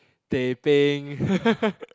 teh peng